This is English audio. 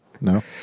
No